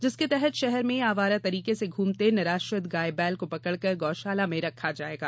जिसके तहत शहर में आवारा तरीके से घूमते निराश्रित गाय बैल को पकड़कर गौ शाला में रखा जायेगा